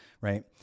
right